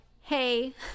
hey